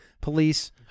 police